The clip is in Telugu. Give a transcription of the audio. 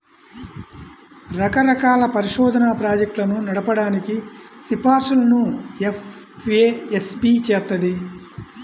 రకరకాల పరిశోధనా ప్రాజెక్టులను నడపడానికి సిఫార్సులను ఎఫ్ఏఎస్బి చేత్తది